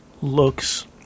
looks